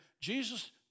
Jesus